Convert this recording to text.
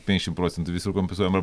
penkiašim procentų visur kompensuojama